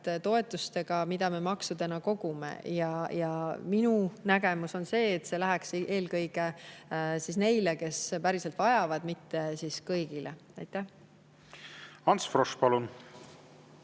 toetustega, mida me maksudena kogume. Minu nägemus on see, et see läheks eelkõige neile, kes seda päriselt vajavad, mitte kõigile. Aitäh!